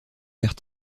vers